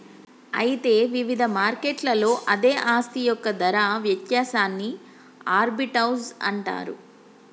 అయితే వివిధ మార్కెట్లలో అదే ఆస్తి యొక్క ధర వ్యత్యాసాన్ని ఆర్బిటౌజ్ అని అంటారు